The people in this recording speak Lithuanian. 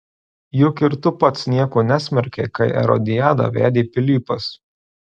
juk ir tu pats nieko nesmerkei kai erodiadą vedė pilypas